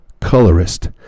colorist